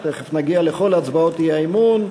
תכף נגיע לכל הצבעות האי-אמון,